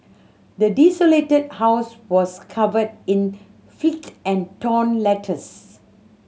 the desolated house was covered in and torn letters